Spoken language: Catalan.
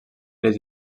les